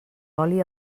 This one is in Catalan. oli